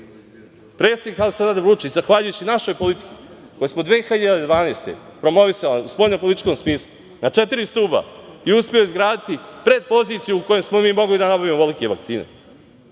Aleksandar Vučić, zahvaljujući našoj politici koju smo 2012. godine promovisali u spoljnopolitičkom smislu, na četiri stuba i uspeli izgraditi predpoziciju u kojoj smo mi mogli da nabavimo ovolike vakcine,